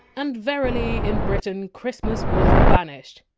and verily, in britain, christmas was banished.